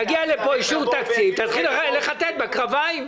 יגיע לפה אישור תקציב תתחיל לחטט בקרביים,